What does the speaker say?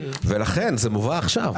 ולכן זה מובא עכשיו.